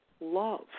love